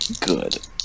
Good